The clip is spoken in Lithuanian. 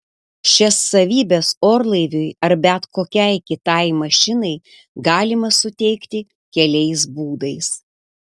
šias savybes orlaiviui ar bet kokiai kitai mašinai galima suteikti keliais būdais